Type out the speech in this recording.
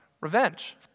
revenge